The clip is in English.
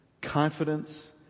confidence